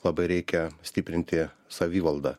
labai reikia stiprinti savivaldą